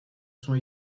sont